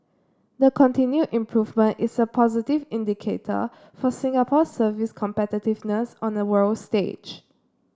the continued improvement is a positive indicator for Singapore's service competitiveness on a world stage